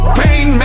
pain